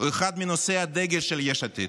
הוא אחד מנושאי הדגל של יש עתיד.